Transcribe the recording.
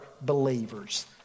believers